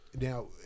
Now